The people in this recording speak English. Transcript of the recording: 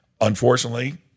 unfortunately